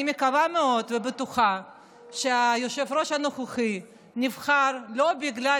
אני מקווה מאוד ובטוחה שהיושב-ראש הנוכחי נבחר לא בגלל